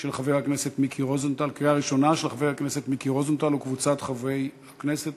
של חבר הכנסת מיקי רוזנטל וקבוצת חברי כנסת,